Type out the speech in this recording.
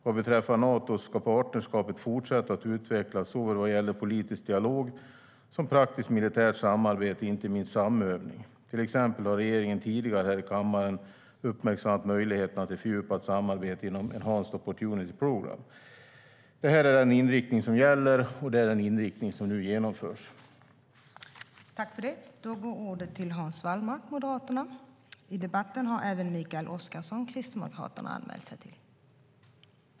Vad beträffar Nato ska partnerskapet fortsätta att utvecklas såväl vad gäller politisk dialog som praktiskt militärt samarbete, inte minst samövning. Till exempel har regeringen tidigare i kammaren uppmärksammat möjligheterna till fördjupat samarbete inom Enhanced Opportunities Programme. Det är den inriktning som gäller, och det är den inriktning som nu genomförs.